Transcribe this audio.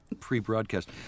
pre-broadcast